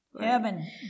Heaven